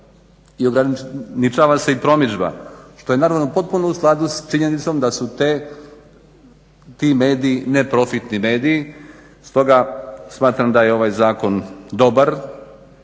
i ograničava se i promidžba što je naravno potpuno u skladu s činjenicom da su ti mediji neprofitni mediji s toga smatram da je ovaj zakon dobar,